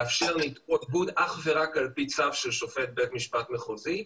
לאפשר עיקוב אך ורק על פי צו של שופט בית משפט מחוזי,